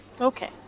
Okay